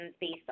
based